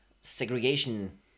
segregation